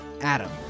Adam